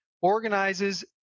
organizes